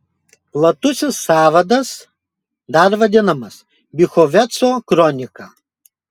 platusis sąvadas dar vadinamas bychoveco kronika